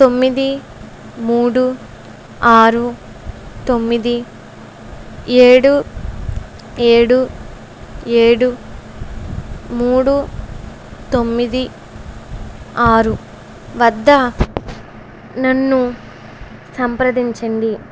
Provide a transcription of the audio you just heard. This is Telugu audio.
తొమ్మిది మూడు ఆరు తొమ్మిది ఏడు ఏడు ఏడు మూడు తొమ్మిది ఆరు వద్ధ నన్ను సంప్రదించండి